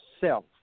self